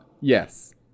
Yes